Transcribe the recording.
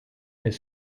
est